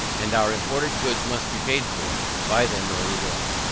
and our imported goods must be paid for buy them where we will.